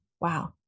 Wow